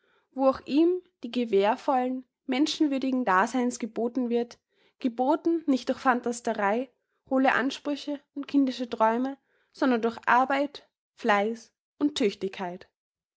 wo auch ihm die gewähr vollen menschenwürdigen daseins geboten wird geboten nicht durch phantasterei hohle ansprüche und kindische träume sondern durch arbeit fleiß und tüchtigkeit